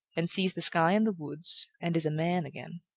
and sees the sky and the woods, and is a man again.